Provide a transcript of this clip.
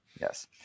yes